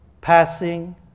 passing